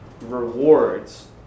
rewards